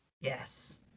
Yes